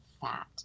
fat